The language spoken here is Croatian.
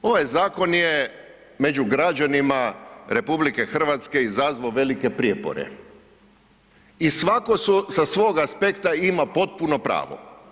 Ovaj zakon je među građanima RH izazvao velike prijepore i svako sa svog aspekta ima potpuno pravo.